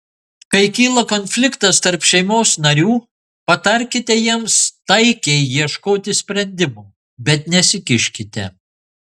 kai kyla konfliktas tarp šeimos narių patarkite jiems taikiai ieškoti sprendimo bet nesikiškite